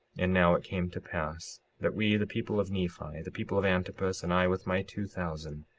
and now it came to pass that we, the people of nephi, the people of antipus, and i with my two thousand,